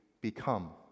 become